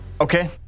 Okay